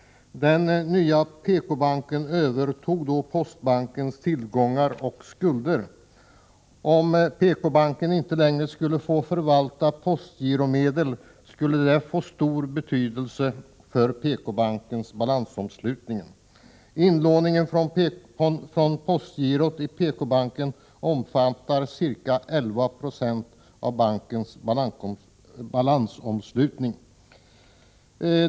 Den nya PK-banken övertog då Postbankens tillgångar och skulder. Om PK-banken inte längre skulle få förvalta postgiromedlen skulle det få stor betydelse för PK-bankens balansomslutning. Inlåningen från postgirot till PK-banken omfattar ca 1196 av bankens balansomslutning.